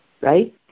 right